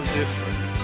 different